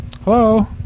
Hello